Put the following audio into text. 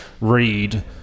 read